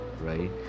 right